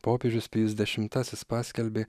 popiežius pijus dešimtasis paskelbė